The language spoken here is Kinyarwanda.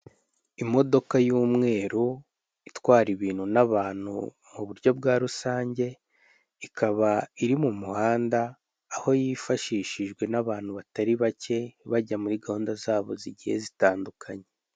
Imodoka y'umweru itwara ibintu n'abantu mu buryo bwa rusange, ikaba iri mu muhanda, aho yifashishishwa n'abantu batari bake, bajya muri gahunda zabo zigiye zitandukanye.